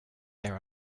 there